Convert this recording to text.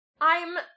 I'm-